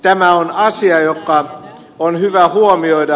tämä on asia joka on hyvä huomioida